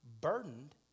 burdened